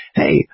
hey